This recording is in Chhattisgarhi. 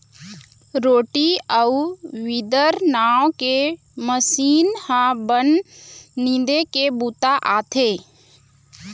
रोटरी अउ वीदर नांव के मसीन ह बन निंदे के बूता आथे